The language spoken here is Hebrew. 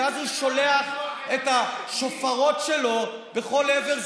ואז הוא שולח את השופרות שלו לכל עבר.